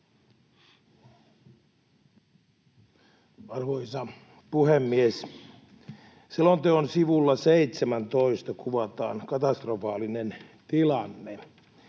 Arvoisa puhemies! Selonteon sivulla 17 kuvataan katastrofaalinen tilanne.